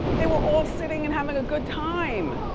they were all sitting and having a good time.